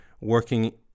working